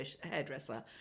hairdresser